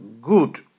good